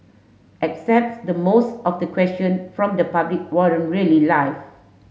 excepts the most of the question from the public weren't really live